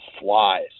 flies